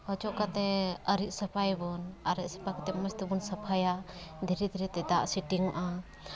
ᱚᱪᱚᱜ ᱠᱟᱛᱮᱜ ᱟᱹᱨᱮᱡ ᱥᱟᱯᱷᱟᱭᱟᱵᱚᱱ ᱟᱨᱮᱡ ᱥᱟᱯᱷᱟ ᱠᱟᱛᱮᱜ ᱢᱚᱡᱽ ᱛᱮᱵᱚᱱ ᱥᱟᱯᱷᱟᱭᱟ ᱫᱷᱤᱨᱮ ᱫᱷᱤᱨᱮ ᱛᱮ ᱫᱟᱜ ᱥᱮᱴᱤᱝᱚᱜᱼᱟ